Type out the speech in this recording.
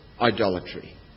idolatry